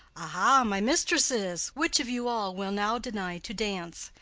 ah ha, my mistresses! which of you all will now deny to dance?